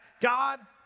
God